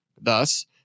Thus